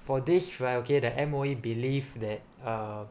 for this right okay that M_O_E believe that uh